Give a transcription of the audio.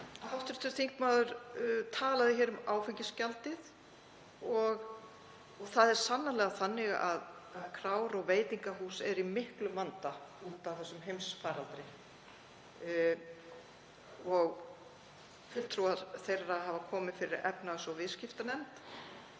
En hv. þingmaður talaði hér um áfengisgjaldið og það er sannarlega þannig að krár og veitingahús eru í miklum vanda út af þessum heimsfaraldri og fulltrúar þeirra hafa komið fyrir efnahags- og viðskiptanefnd.